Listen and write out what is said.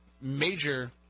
major